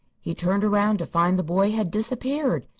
he turned around to find the boy had disappeared.